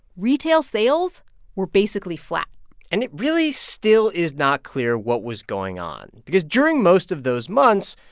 retail sales were basically flat and it really still is not clear what was going on because during most of those months,